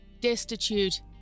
destitute